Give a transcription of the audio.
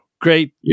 great